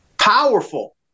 powerful